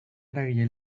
eragile